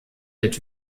mit